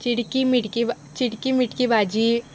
चिडकी मिटकी चिडकी मिटकी भाजी